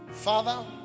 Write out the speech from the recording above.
Father